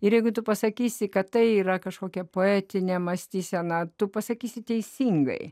ir jeigu tu pasakysi kad tai yra kažkokia poetinė mąstysena tu pasakysi teisingai